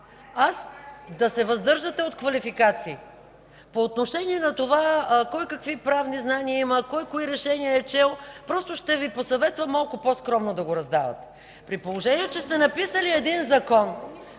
Да се въздържате от квалификации! По отношение на това кой какви правни знания има, кой кои решения е чел, просто ще Ви посъветвам малко по-скромно да го раздавате. (Реплики от народния